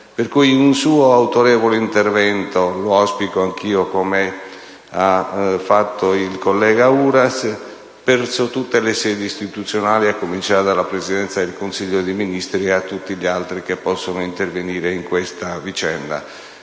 io auspico un suo autorevole intervento, come ha fatto il senatore Uras, verso tutte le sedi istituzionali, a cominciare dalla Presidenza del Consiglio dei ministri e a tutti gli altri che possono intervenire in questa vicenda.